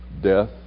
Death